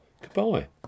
Goodbye